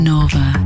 Nova